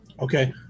Okay